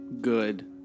Good